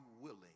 willing